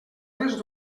les